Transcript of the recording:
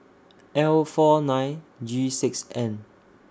L four nine G six N